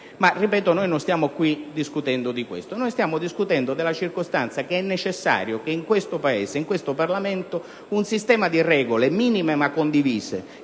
Ma noi non stiamo discutendo di questo. Noi stiamo discutendo del fatto che è necessario, in questo Paese e in questo Parlamento, un sistema di regole minime e condivise,